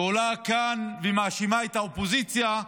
שעולה כאן ומאשימה את האופוזיציה.